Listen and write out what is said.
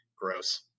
Gross